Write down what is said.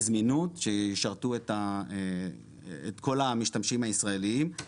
הזמינות שישרתו את כל המשתמשים הישראליים.